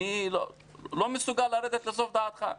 אני לא מסוגל לרדת לסוף דעתך.